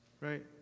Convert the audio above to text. Right